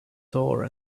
door